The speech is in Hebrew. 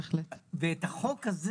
ואת החוק הזה